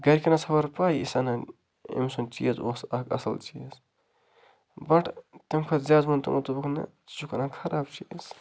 گَرِکٮ۪ن ٲس مگر پَے یہِ سہٕ اَنان أمۍ سُنٛد چیٖز اوس اَکھ اَصٕل چیٖز بَٹ تَمۍ کھۄتہٕ زیادٕ ووٚن تِمو دوٚپُکھ نہ ژٕ چھُکھ اَنان خراب چیٖز